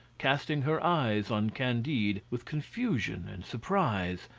casting her eyes on candide with confusion and surprise,